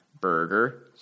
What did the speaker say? burger